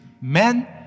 Men